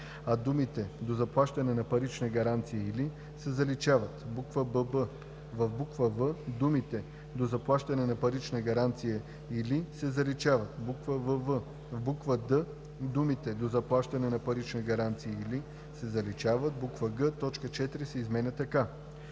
а думите „до заплащане на парична гаранция или“ се заличават; бб) в буква „в“ думите „до заплащане на парична гаранция или“ се заличават; вв) в буква „д“ думите „до заплащане на парична гаранция или“ се заличават; г) точка 4 се изменя така: